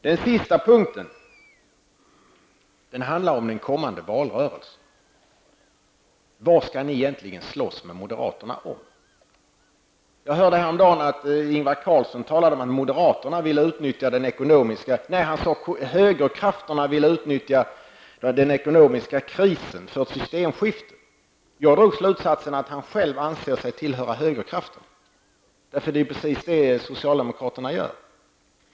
Den sista frågan handlar om en kommande valrörelse. Vad skall ni egentligen slåss med moderaterna om? Jag hörde häromdagen att Ingvar Carlsson talade om att högerkrafteran ville utnyttja den ekonomiska krisen för ett systemskifte. Jag drog slutsatsen att han själv anser sig tillhöra högerkrafterna, för det är precis vad socialdemokraterna gör.